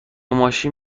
ماشین